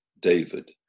David